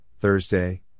Thursday